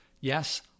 Yes